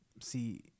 see